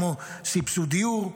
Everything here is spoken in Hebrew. כמו סבסוד דיור,